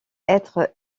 être